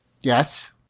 Yes